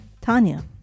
Tanya